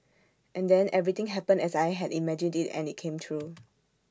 and then everything happened as I had imagined IT and IT came true